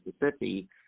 Mississippi